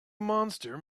monster